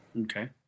Okay